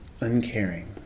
uncaring